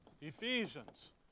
Ephesians